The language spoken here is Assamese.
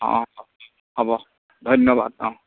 অঁ হ'ব ধন্যবাদ অঁ